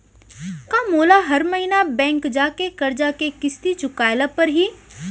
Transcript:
का मोला हर महीना बैंक जाके करजा के किस्ती चुकाए ल परहि?